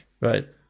Right